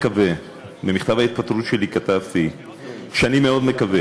במכתב ההתפטרות שלי כתבתי שאני מאוד מקווה